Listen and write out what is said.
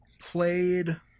played